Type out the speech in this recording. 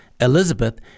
Elizabeth